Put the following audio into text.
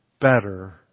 better